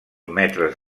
metres